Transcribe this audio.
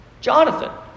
Jonathan